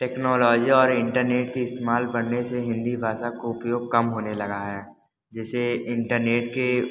technology और internet की इस्तेमाल बढ़ने से हिंदी भाषा को उपयोग कम होने लगा है जैसे इंटरनेट के